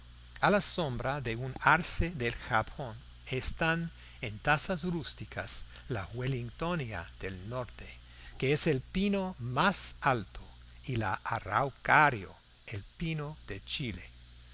a la sombra de un arce del japón están en tazas rústicas la wellingtonia del norte que es el pino más alto y la araucaria el pino de chile